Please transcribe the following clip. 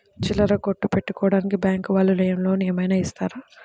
చిల్లర కొట్టు పెట్టుకోడానికి బ్యాంకు వాళ్ళు లోన్ ఏమైనా ఇస్తారా?